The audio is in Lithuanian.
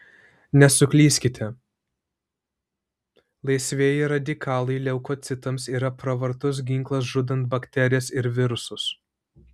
nesuklyskite laisvieji radikalai leukocitams yra pravartus ginklas žudant bakterijas ir virusus